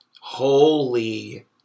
Holy